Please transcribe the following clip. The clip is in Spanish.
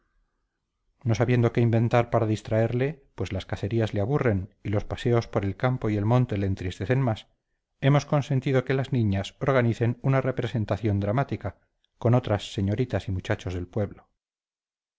no sabiendo qué inventar para distraerle pues las cacerías le aburren y los paseos por el campo y el monte le entristecen más hemos consentido que las niñas organicen una representación dramática con otras señoritas y muchachos del pueblo